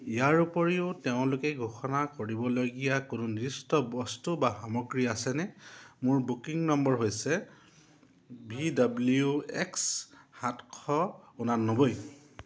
ইয়াৰ উপৰিও তেওঁলোকে ঘোষণা কৰিবলগীয়া কোনো নিৰ্দিষ্ট বস্তু বা সামগ্ৰী আছেনে মোৰ বুকিং নম্বৰ হৈছে ভি ডব্লিউ এক্স সাতশ ঊনানব্বৈ